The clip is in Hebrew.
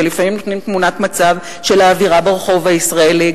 ולפעמים הם משקפים תמונת מצב של האווירה ברחוב הישראלי,